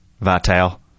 Vital